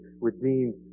redeemed